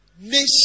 nation